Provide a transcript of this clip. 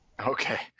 Okay